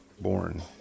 born